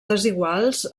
desiguals